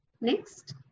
Next